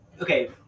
okay